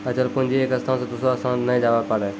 अचल पूंजी एक स्थान से दोसरो स्थान नै जाबै पारै